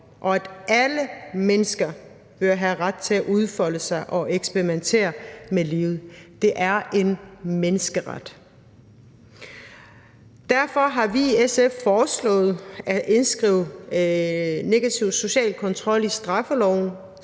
og at alle mennesker bør have ret til at udfolde sig og eksperimentere med livet. Det er en menneskeret. Derfor har vi i SF foreslået at indskrive negativ social kontrol i straffelovens